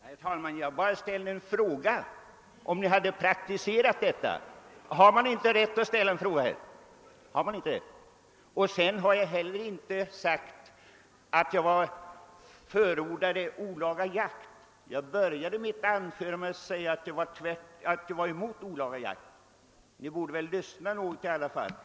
Herr talman! Jag bara frågade om man hade praktiserat detta. Har vi inte rätt att ställa en sådan fråga? Och jag har inte sagt att jag förordar olaga jakt. Jag började mitt anförande med att framhålla att jag är motståndare till olaga jakt... Ni borde väl lyssna något i alla fall!